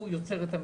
הוא יוצר את המסגרת,